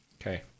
Okay